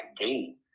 game